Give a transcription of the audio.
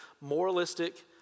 moralistic